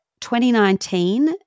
2019